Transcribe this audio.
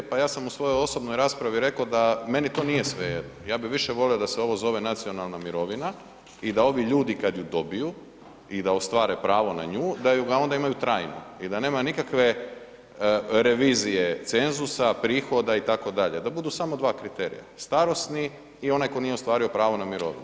E, pa ja sam u svojoj osobnoj raspravi reko da meni to nije svejedno, ja bi više volio da se ovo zove nacionalna mirovina i da ovi ljudi kad ju dobiju i da ostvare pravo na nju, da ju ga onda imaju trajno i da nema nikakve revizije cenzusa, prihoda itd., da budu samo dva kriterija, starosni i onaj ko nije ostvario pravo na mirovinu.